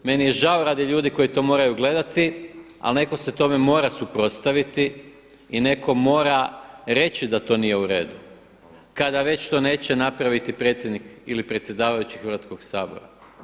Meni je žao radi ljudi koji to moraju gledati, ali netko se tome mora suprotstaviti i neko mora reći da to nije uredu, kada već to neće napraviti predsjednik ili predsjedavajući Hrvatskog sabora.